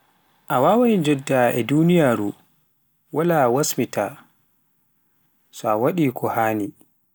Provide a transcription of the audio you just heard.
a wawaai joɗda a duniyaaru waala wasmita, so a waɗi ko haani.